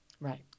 Right